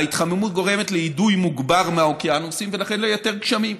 ההתחממות גורמת לאידוי מוגבר מהאוקיינוסים ולכן ליותר גשמים,